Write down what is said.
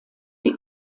die